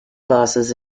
classes